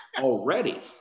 already